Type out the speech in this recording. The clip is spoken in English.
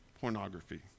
pornography